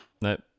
No